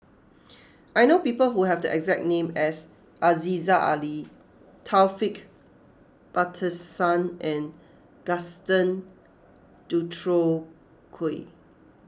I know people who have the exact name as Aziza Ali Taufik Batisah and Gaston Dutronquoy